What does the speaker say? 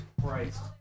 Christ